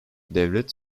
devlet